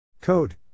Code